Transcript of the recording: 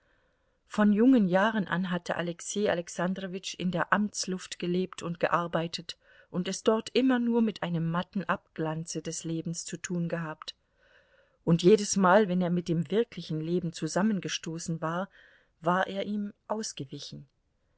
von jungen jahren an hatte alexei alexandrowitsch in der amtsluft gelebt und gearbeitet und es dort immer nur mit einem matten abglanze des lebens zu tun gehabt und jedesmal wenn er mit dem wirklichen leben zusammengestoßen war war er ihm ausgewichen